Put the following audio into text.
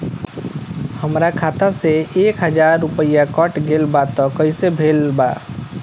हमार खाता से एक हजार रुपया कट गेल बा त कइसे भेल बा?